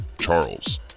Charles